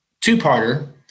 two-parter